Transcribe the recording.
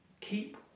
keep